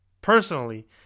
personally